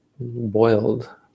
boiled